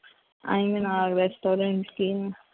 అయినా రెస్టారెంట్స్కి